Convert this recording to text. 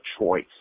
choice